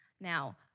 Now